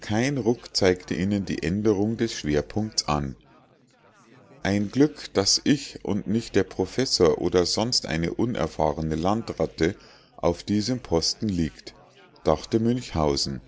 kein ruck zeigte ihnen die änderung des schwerpunkts an ein glück daß ich und nicht der professor oder sonst eine unerfahrene landratte auf diesem posten liegt dachte münchhausen